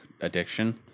addiction